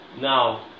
Now